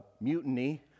mutiny